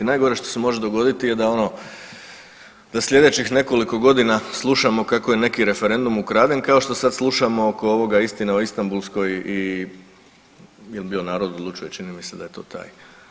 Najgore što se može dogoditi je da ono, da sljedećih nekoliko godina slušamo kako je neki referendum ukraden, kao što sad slušamo oko ovog, Istina o Istambulskoj i je li bio, Narod odlučuje, čini mi se, da je to taj.